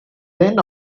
then